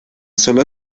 solo